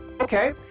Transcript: Okay